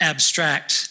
Abstract